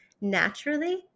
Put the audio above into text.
naturally